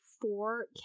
four